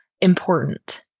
important